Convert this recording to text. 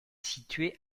situé